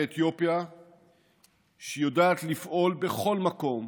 אתיופיה שהיא יודעת לפעול בכל מקום